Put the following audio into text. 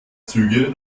züge